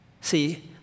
See